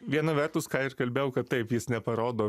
viena vertus ką ir kalbėjau kad taip jis neparodo